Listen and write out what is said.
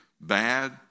bad